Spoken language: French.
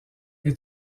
est